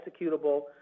executable